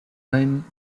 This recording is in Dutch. lijn